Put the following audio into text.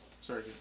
Sorry